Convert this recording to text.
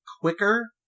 quicker